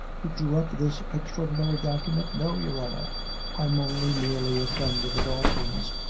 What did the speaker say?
who drew up this extraordinary document? no, your honor i'm only merely a friend of the daltons,